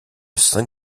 saint